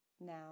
now